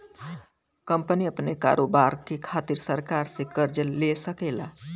company अपने कारोबार के खातिर सरकार से कर्ज ले सकेला